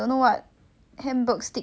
(uh huh)